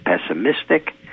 pessimistic